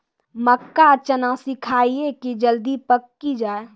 मक्का चना सिखाइए कि जल्दी पक की जय?